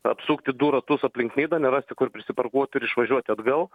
apsukti du ratus aplink nidą nerasti kur prisiparkuot ir išvažiuoti atgal